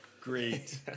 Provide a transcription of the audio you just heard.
Great